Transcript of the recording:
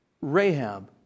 Rahab